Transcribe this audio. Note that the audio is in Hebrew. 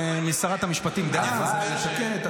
שרת המשפטים דאז אילת שקד.